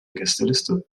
gästeliste